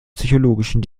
psychologischen